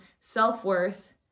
self-worth